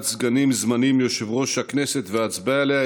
סגנים זמניים ליושב-ראש הכנסת והצבעה עליה.